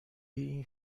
این